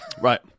Right